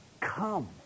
come